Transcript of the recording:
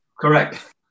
correct